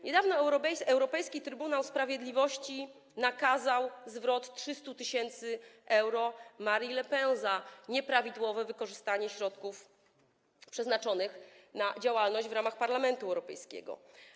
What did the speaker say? Niedawno Europejski Trybunał Sprawiedliwości nakazał zwrot 300 tys. euro Marine Le Pen za nieprawidłowe wykorzystanie środków przeznaczonych na działalność w ramach Parlamentu Europejskiego.